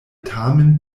tamen